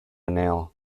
nail